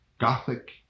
Gothic